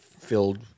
filled